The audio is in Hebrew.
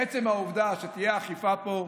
מעצם העובדה שתהיה אכיפה פה,